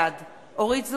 בעד אורית זוארץ,